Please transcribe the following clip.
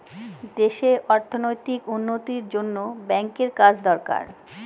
দেশে অর্থনৈতিক উন্নতির জন্য ব্যাঙ্কের কাজ দরকার